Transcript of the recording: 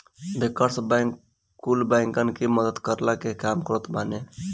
bankers bank कुल बैंकन की मदद करला के काम करत बाने